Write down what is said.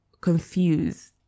confused